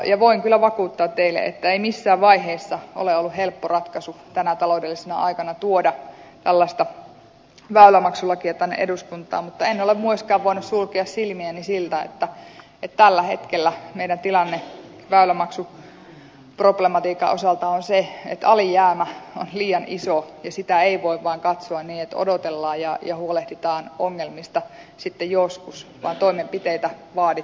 ja voin kyllä vakuuttaa teille että ei missään vaiheessa ole ollut helppo ratkaisu tänä taloudellisena aikana tuoda tällaista väylämaksulakia tänne eduskuntaan mutta en ole myöskään voinut sulkea silmiäni siltä että tällä hetkellä meidän tilanne väylämaksuproblematiikan osalta on se että alijäämä on liian iso ja sitä ei voi vaan katsoa niin että odotellaan ja huolehditaan ongelmista sitten joskus patoimenpiteitä vaadi